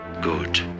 Good